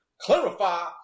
Clarify